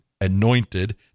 anointed